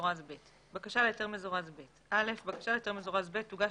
מזורז ב' 3ז.בקשה להיתר מזורז ב' בקשה להיתר מזורז ב' תוגש